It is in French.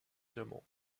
diamant